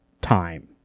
time